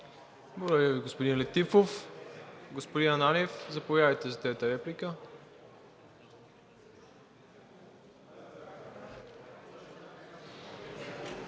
Благодаря Ви, господин Летифов. Господин Ананиев, заповядайте за трета реплика.